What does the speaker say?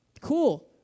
Cool